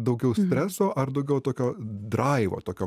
daugiau streso ar daugiau tokio draivo tokio